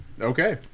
Okay